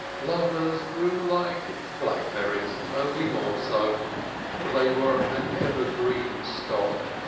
lovers grew like blackberries only more so for they were an evergreen stock.